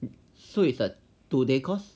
so it's a two day course